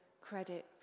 credit